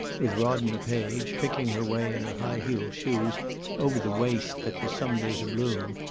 with rodney page, picking her way in her high-heeled shoes over the waste that was some day to bloom,